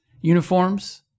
uniforms